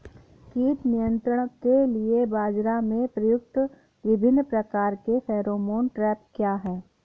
कीट नियंत्रण के लिए बाजरा में प्रयुक्त विभिन्न प्रकार के फेरोमोन ट्रैप क्या है?